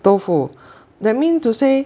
豆腐 that mean to say